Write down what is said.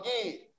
again